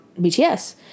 BTS